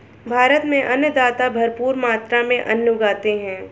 भारत में अन्नदाता भरपूर मात्रा में अन्न उगाते हैं